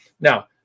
Now